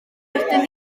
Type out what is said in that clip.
ydyn